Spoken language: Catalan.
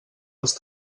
els